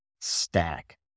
stack